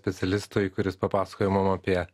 specialistui kuris papasakojo mum apie